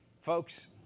Folks